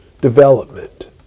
development